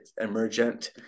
emergent